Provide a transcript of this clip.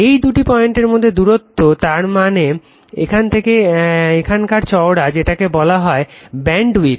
এই দুটি পয়েন্টের মধ্যে দূরত্ব তার মানে এখান থেকে এখানকার চওড়া যেটাকে বলা হয় ব্যাণ্ডউইড